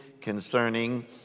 concerning